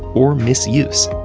or misuse,